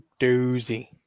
doozy